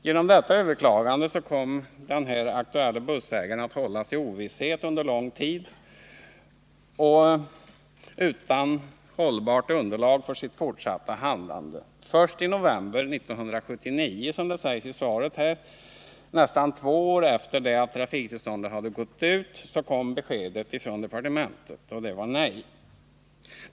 Genom detta överklagande kom den här aktuelle bussägaren att hållas i ovisshet under lång tid, och han blev utan hållbart underlag för sitt fortsatta handlande. Först i november 1979, nästan två år efter det att det gamla trafiktillståndet gått ut, kom — som det sägs i svaret — beskedet från departementet, och det var nej.